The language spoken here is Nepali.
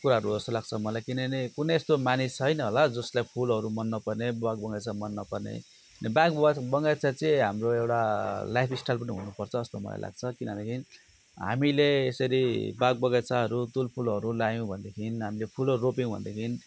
कुराहरू हो जस्तो लाग्छ मलाई किनभने कुनै यस्तो मानिस छैन होला जसलाई फुलहरू मन नपर्ने बाग बगैँचा मन नपर्ने बाग वा बगैँचा चाहिँ हाम्रो एउटा लाइफ स्टाइल पनि हुनु पर्छ जस्तो मलाई लाग्छ किनभनेदेखि हामीले यसरी बाग बगैँचाहरू तुलफुलहरू लगायौँ भनेदेखि हामीले फुलहरू रोप्यौँ भनेदेखि